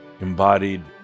embodied